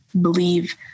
believe